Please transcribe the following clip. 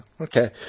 Okay